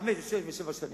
חמש ושש ושבע שנים.